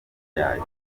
yayo